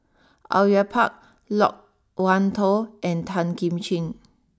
Au Yue Pak Loke Wan Tho and Tan Kim Ching